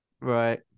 right